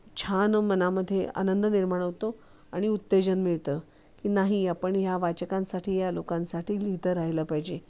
छान मनामध्ये आनंद निर्माण होतो आणि उत्तेजन मिळतं की नाही आपण ह्या वाचकांसाठी या लोकांसाठी लिहितं राहिलं पाहिजे